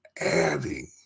adding